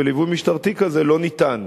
וליווי משטרתי כזה לא ניתן.